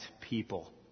people